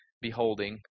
beholding